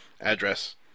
address